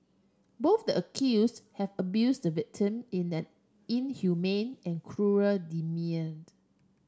both the accuse have abuse the victim in an inhumane and cruel demeaned